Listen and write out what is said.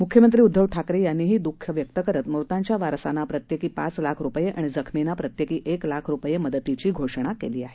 मुख्यमंत्री उद्दव ठाकरे यांनीही दूख व्यक्त करत मृतांच्या वारसांना प्रत्येकी पाच लाख रुपये आणि जखमींना प्रत्येकी एक लाख रुपये मदतीची घोषणा केली आहे